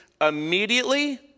immediately